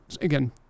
again